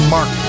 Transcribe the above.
Mark